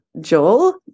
Joel